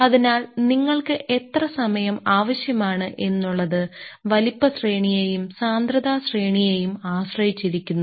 അതിനാൽ നിങ്ങൾക്ക് എത്ര സമയം ആവശ്യമാണ് എന്നുള്ളത് വലുപ്പ ശ്രേണിയേയും സാന്ദ്രത ശ്രേണിയേയും ആശ്രയിച്ചിരിക്കുന്നു